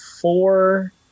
four